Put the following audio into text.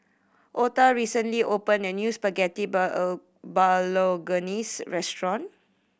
Otha recently opened a new Spaghetti Bolognese restaurant